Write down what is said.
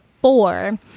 four